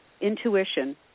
intuition